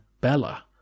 Bella